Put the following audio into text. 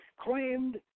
claimed